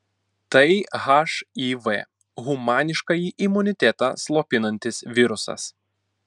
tai hiv humaniškąjį imunitetą slopinantis virusas